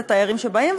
לתיירים שבאים,